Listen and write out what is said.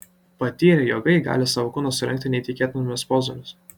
patyrę jogai gali savo kūną sulenkti neįtikėtinomis pozomis